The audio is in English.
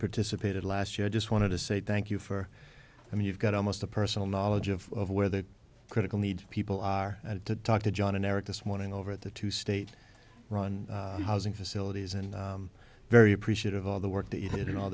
participated last year i just wanted to say thank you for i mean you've got almost a personal knowledge of where the critical needs people are at to talk to john and eric this morning over at the two state run housing facilities and i'm very appreciative of the work that you did in all